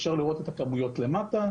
אפשר לראות את הכמויות למטה.